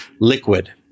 Liquid